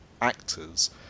actors